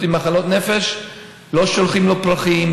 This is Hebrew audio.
עם מחלות נפש לא שולחים לו פרחים,